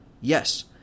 yes